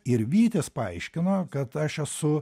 ir vytis paaiškino kad aš esu